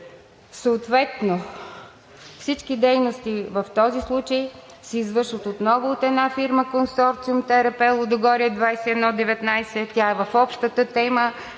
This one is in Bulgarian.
Съответно всички дейности в този случай се извършват отново от една фирма Консорциум „ТРП Лудогорие 2019“, тя е в общата тема.